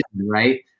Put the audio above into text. right